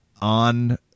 on